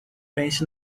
pense